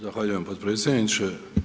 Zahvaljujem potpredsjedniče.